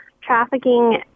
trafficking